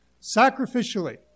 sacrificially